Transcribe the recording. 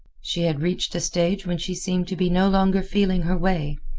she had reached a stage when she seemed to be no longer feeling her way,